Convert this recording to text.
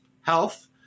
health